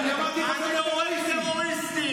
אני הורג טרוריסטים.